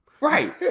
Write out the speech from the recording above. Right